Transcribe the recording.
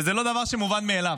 וזה לא דבר שהוא מובן מאליו.